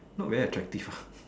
not very attractive ah